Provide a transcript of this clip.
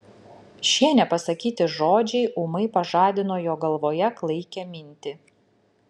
šie nepasakyti žodžiai ūmai pažadino jo galvoje klaikią mintį